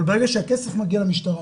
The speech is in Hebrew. אבל ברגע שהכסף מגיע למשטרה,